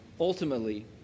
ultimately